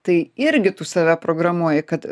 tai irgi tu save programuoji kad